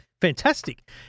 fantastic